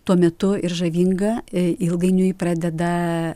tuo metu ir žavinga ilgainiui pradeda